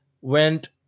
Went